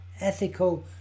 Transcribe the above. ethical